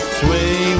sway